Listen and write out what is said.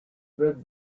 but